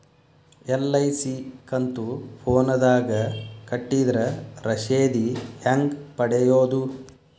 LIC ಕಂತು ಫೋನದಾಗ ಕಟ್ಟಿದ್ರ ರಶೇದಿ ಹೆಂಗ್ ಪಡೆಯೋದು?